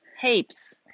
Heaps